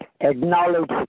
acknowledge